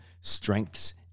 strengths